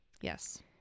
Yes